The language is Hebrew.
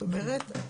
זאת אומרת,